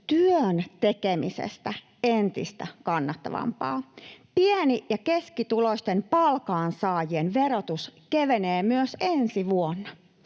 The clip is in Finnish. työn tekemisestä entistä kannattavampaa. Pieni- ja keskituloisten palkansaajien verotus kevenee myös ensi vuonna,